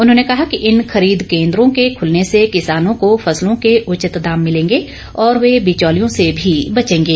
उन्होंने कहा कि इन खरीद केंद्रों के खुलने से किसानों को फसलों के उचित दाम मिलेंगे और वे बिचौलियों से भी बचेंगे